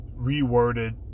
reworded